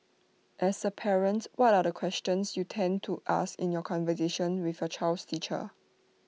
as A parent what are the questions you tend to ask in your conversations with your child's teacher